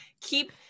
keep